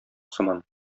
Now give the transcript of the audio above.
сыман